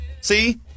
See